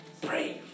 Brave